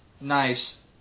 nice